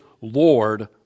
Lord